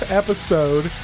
episode